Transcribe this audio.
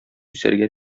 үсәргә